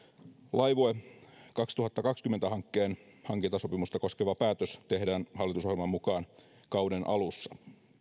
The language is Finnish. laivue kaksituhattakaksikymmentä hankkeen hankintasopimusta koskeva päätös tehdään hallitusohjelman mukaan kauden alussa